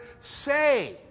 say